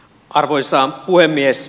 arvoisa puhemies